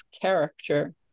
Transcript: character